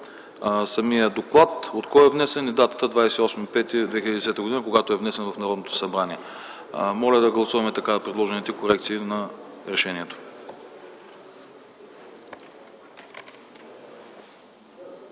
самия доклад, от кой е внесен и датата 28.05.2010 г., когато е внесен в Народното събрание. Моля да гласуване така предложените корекции на решението.